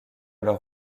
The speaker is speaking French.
leur